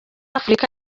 afurika